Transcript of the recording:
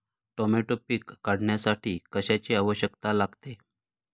Tomato पीक काढण्यासाठी कशाची आवश्यकता लागते?